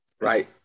Right